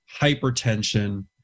hypertension